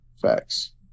Facts